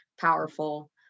powerful